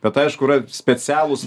bet aišku yra specialūs